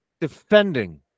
defending